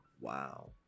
Wow